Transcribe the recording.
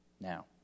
Now